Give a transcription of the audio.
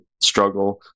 struggle